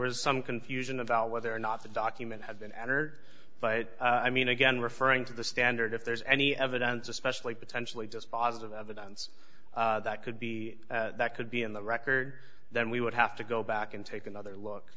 was some confusion about whether or not the document had been entered but i mean again referring to the standard if there's any evidence especially potentially just positive evidence that could be that could be in the record then we would have to go back and take another look